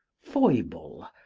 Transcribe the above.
foible,